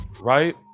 Right